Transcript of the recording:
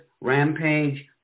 rampage